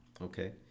Okay